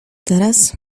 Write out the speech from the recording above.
teraz